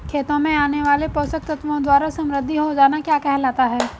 खेतों में आने वाले पोषक तत्वों द्वारा समृद्धि हो जाना क्या कहलाता है?